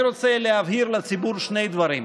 אני רוצה להבהיר לציבור שני דברים: